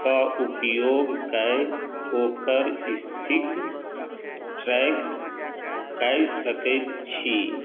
के उपयोग कै ओकर इस्थिति ट्रैक कै सकै छी